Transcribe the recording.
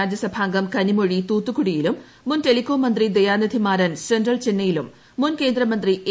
രാജ്യസഭാംഗം കനിമൊഴി തൂത്തുക്കുടിയിലുംമുൻ ടെലികോം മന്ത്രി ദയാനിധി മാരൻ സെൻട്രൽ ചെന്നൈയിലുംമുൻ കേന്ദ്രമന്ത്രി എ